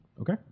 Okay